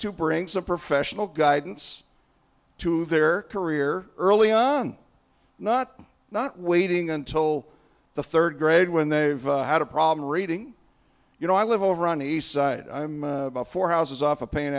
to bring some professional guidance to their career early on not not waiting until the third grade when they've had a problem reading you know i live over on the east side i'm about four houses off o